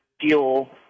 fuel